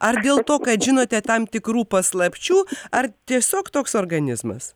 ar dėl to kad žinote tam tikrų paslapčių ar tiesiog toks organizmas